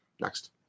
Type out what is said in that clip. Next